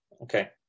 okay